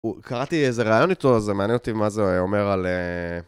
קראתי איזה רעיון איתו, זה מעניין אותי מה זה אומר על...